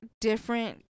different